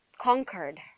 conquered